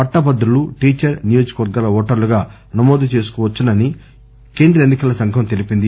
పట్టభద్రులు teacher నియోజకవర్గాల ఓటర్లుగా నమోదు చేసుకోవచ్చునని కేంద్ర ఎన్సికల సంఘం తెలీపింది